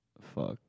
Fuck